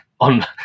On